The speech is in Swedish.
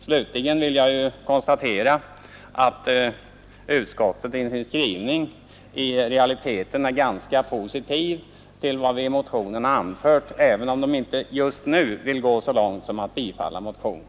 Slutligen vill jag konstatera att utskottet i sin skrivning i realiteten är ganska positivt till vad vi i motionen har anfört, även om utskottet inte just nu vill gå så långt som till att föreslå bifall till motionen.